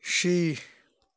شےٚ